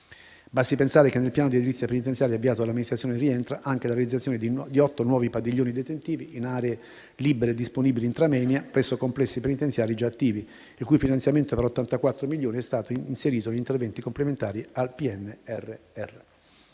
Basti pensare che nel Piano di edilizia penitenziaria avviato dall'amministrazione rientra anche la realizzazione di otto nuovi padiglioni detentivi in aree libere e disponibili *intra moenia* presso complessi penitenziari già attivi, il cui finanziamento per 84 milioni è stato inserito negli interventi complementari al PNRR.